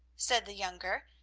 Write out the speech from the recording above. said the younger,